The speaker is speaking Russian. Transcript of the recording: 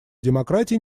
демократии